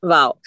Wow